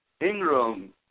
Ingram